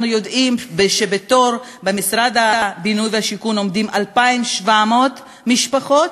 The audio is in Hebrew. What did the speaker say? אנחנו יודעים שבמשרד הבינוי והשיכון עומדות בתור 2,700 משפחות,